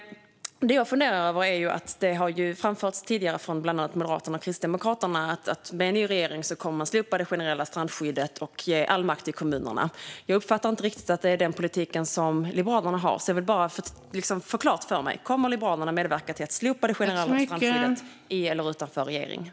Det har framförts tidigare från bland annat Moderaterna och Kristdemokraterna att man med en ny regering kommer att slopa det generella strandskyddet och ge all makt till kommunerna. Jag uppfattar inte riktigt att det är den politiken som Liberalerna har, så jag vill få detta klart för mig: Kommer Liberalerna i eller utanför regering att medverka till att slopa det generella strandskyddet?